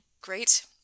Great